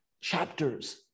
chapters